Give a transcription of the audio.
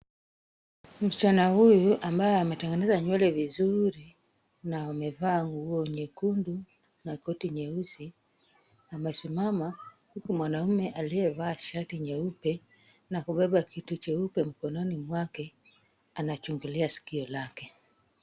Msichana huyu ambaye ametengeneza nywele vizuri na amevaa nguo nyekundu na koti nyeusi amesimama, huku mwanaume aliyevaa shati nyeupe na kubeba kitu cheupe mkononi mwake, anachungulia sikio lake.